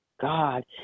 God